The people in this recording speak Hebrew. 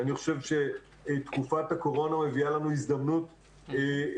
כי אני חושב שתקופת הקורונה מביאה לנו הזדמנות אדירה.